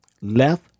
left